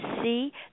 see